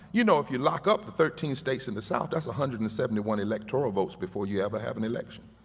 you know if you lock up the thirteen states in the south, that's one ah hundred and seventy one electoral votes before you ever have an election,